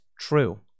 true